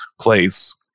place